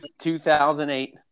2008